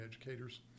educators